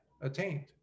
attained